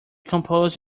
composed